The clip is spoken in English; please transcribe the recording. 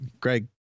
Greg